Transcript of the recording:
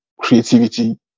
creativity